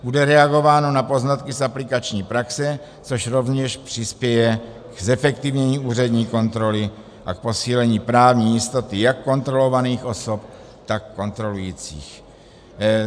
Bude reagováno na poznatky z aplikační praxe, což rovněž přispěje k zefektivnění úřední kontroly a k posílení právní jistoty jak kontrolovaných osob, tak kontrolujících.